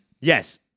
Yes